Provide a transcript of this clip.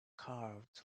carved